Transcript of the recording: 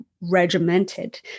regimented